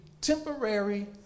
temporary